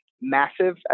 massive